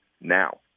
now